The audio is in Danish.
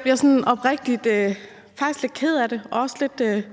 bliver oprigtig ked af det og også lidt